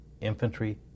infantry